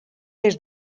des